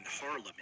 Harlem